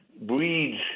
breeds